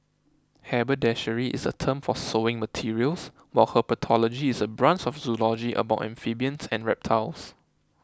haberdashery is a term for sewing materials while herpetology is a branch of zoology about amphibians and reptiles